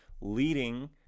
leading